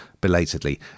belatedly